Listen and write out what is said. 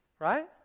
right